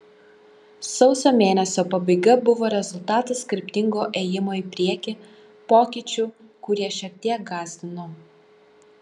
sausio mėnesio pabaiga buvo rezultatas kryptingo ėjimo į priekį pokyčių kurie šiek tiek gąsdino